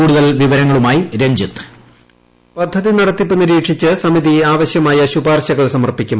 കൂടുതൽ വിവരങ്ങളുമായി രഞ്ജിത്ത് വോയിസ് പദ്ധതി നടത്തിപ്പ് നിരീക്ഷിച്ച് സമിതി ആവശ്യമായ ശുപാർശകൾ സമർപ്പിക്കും